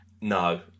No